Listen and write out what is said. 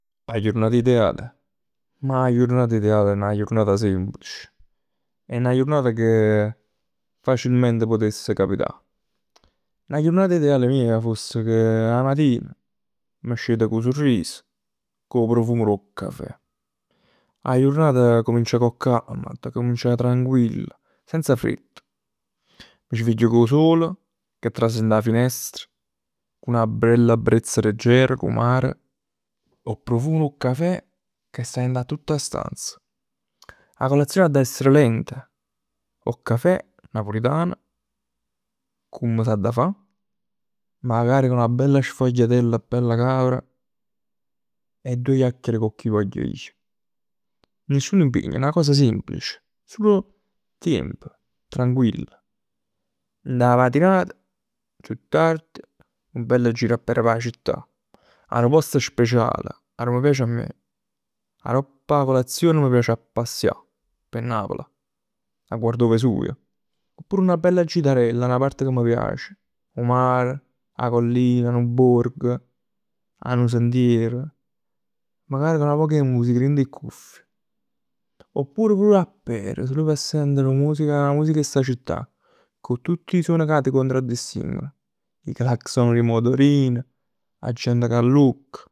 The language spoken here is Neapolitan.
'A jurnat ideale? Ma 'a jurnat ideale è 'na jurnata semplice. È 'na jurnata che facilmente putess capità. 'Na jurnata ideale mia foss che 'a matin m' scet cu 'o sorris, cu 'o profum d' 'o cafè. 'A jurnata comincia con calma, adda comincià tranquillo, senza fretta. M' sveglio cu 'o sole che trase dint 'a finestra. Cu 'na bella brezza leggera, cu 'o mare, 'o profumo d' 'o cafè. Che sta dint 'a tutta 'a stanza. 'A colazione adda essere lenta. 'O cafè napulitan, comm s'adda fa. Magari 'na bella sfogliatella cavera e doje chiacchiere cu chi voglio ij. Nisciun impegno 'na cosa semplice. Sul tiemp. Tranquill. Dint 'a matinat, chiù tardi, nu bello giro a per p' 'a città. 'A nu post speciale addo m' piace a me. Aropp 'a colazione m' piace a pazzià p' Napl. A guardà 'o Vesuvio. Pur 'na bella gitarell 'a 'na parte che m' piace. 'O mare, 'a collina, nu borgo. 'A nu sentiero. Magari cu nu poc 'e musica dint 'e cuffie. Oppure pur 'a per, sul p' sent musica, 'a musica 'e sta città. Cu tutt 'e suoni ca t' contraddistinguono. 'E clacson d' 'e motorini, 'a gent che allucca.